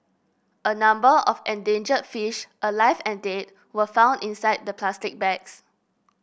a number of endangered fish alive and dead were found inside the plastic bags